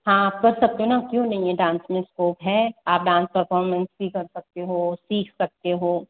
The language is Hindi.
हाँ आप कर सकते हो न क्यों नहीं है डांस में स्कोप है आप डांस परफॉरमेंस भी कर सकते हो सीख सकते हो